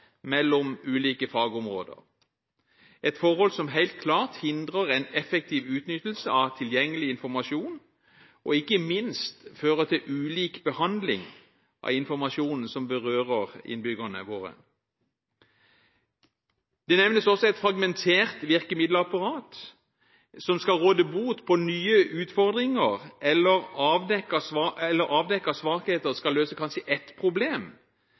mellom ulike fagområder. Det er et forhold som helt klart hindrer en effektiv utnyttelse av tilgjengelig informasjon, og som ikke minst fører til ulik behandling av informasjonen som berører innbyggerne våre. Det nevnes også et fragmentert virkemiddelapparat som skal bøte på nye utfordringer eller avdekkede svakheter, og som kanskje skal løse ett problem,